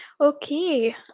okay